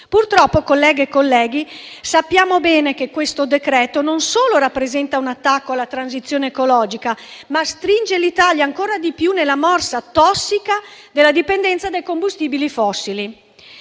Purtroppo, colleghe e colleghi, sappiamo bene che questo decreto-legge non solo rappresenta un attacco alla transizione ecologica, ma stringe anche l'Italia ancora di più nella morsa tossica della dipendenza dai combustibili fossili.